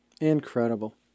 Incredible